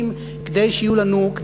כדי שיהיו לנו אנשי חלל ולוויינים,